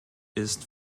ist